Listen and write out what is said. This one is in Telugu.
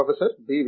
professor B